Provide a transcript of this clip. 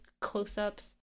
close-ups